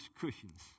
cushions